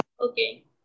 Okay